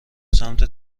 سمت